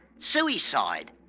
Suicide